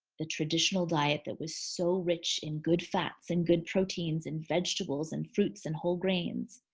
the traditional diet that was so rich in good fats and good proteins and vegetables and fruits and whole grains.